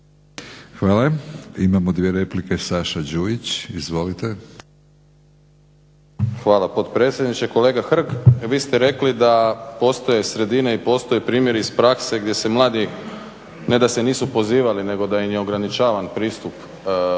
Hvala. Imamo dvije replike. Saša Đujić. Izvolite. **Đujić, Saša (SDP)** Hvala potpredsjedniče. Kolega Hrg vi ste rekli da postoje sredine i postoje primjeri iz prakse gdje se mladi ne da se nisu pozivali nego da im je ograničavan pristup gradskim